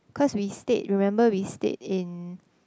cause we stayed remember we stayed in